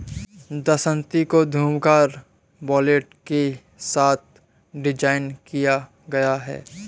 दरांती को विभिन्न घुमावदार ब्लेड के साथ डिज़ाइन किया गया है